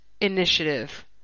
initiative